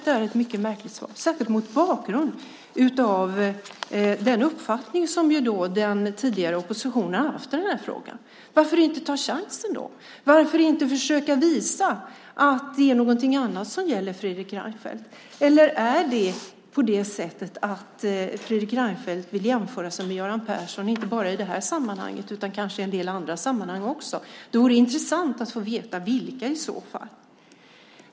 Det är ett mycket märkligt svar, särskilt mot bakgrund av den uppfattning som den tidigare oppositionen haft i den här frågan. Varför inte ta chansen nu? Varför inte försöka visa att det är något annat som gäller, Fredrik Reinfeldt? Eller vill Fredrik Reinfeldt jämföra sig med Göran Persson inte bara i det här sammanhanget utan kanske i en del andra sammanhang också? Det vore intressant att få veta vilka i så fall.